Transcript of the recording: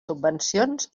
subvencions